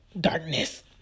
darkness